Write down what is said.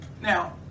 Now